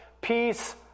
peace